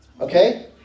Okay